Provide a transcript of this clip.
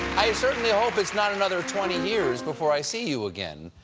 i certainly hope it's not another twenty years before i see you again.